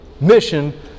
Mission